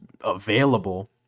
available